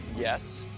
yes,